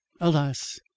alas